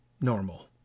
normal